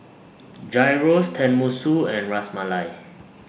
Gyros Tenmusu and Ras Malai